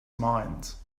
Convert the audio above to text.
minds